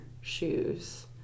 shoes